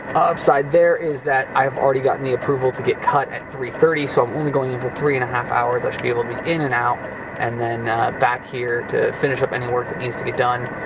upside there is that i've already gotten the approval to get cut at three thirty, so i'm only going in for three-and-a-half hours. i should be able to be in and out and then back here to finish up any work that needs to get done,